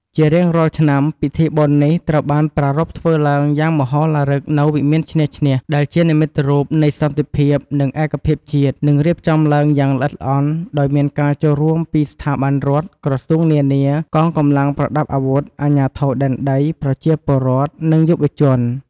ជារៀងរាល់ឆ្នាំ ពិធីបុណ្យនេះត្រូវបានប្រារព្ធធ្វើឡើងយ៉ាងមហោឡារិកនៅ វិមានឈ្នះ-ឈ្នះ ដែលជានិមិត្តរូបនៃសន្តិភាព នឹងឯកភាពជាតិ និងរៀបចំឡើងយ៉ាងល្អិតល្អន់ ដោយមានការចូលរួមពីស្ថាប័នរដ្ឋ ក្រសួងនានា កងកម្លាំងប្រដាប់អាវុធ អាជ្ញាធរដែនដី ប្រជាពលរដ្ឋ និងយុវជន។